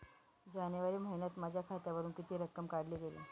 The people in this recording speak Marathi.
जानेवारी महिन्यात माझ्या खात्यावरुन किती रक्कम काढली गेली?